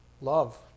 love